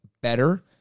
better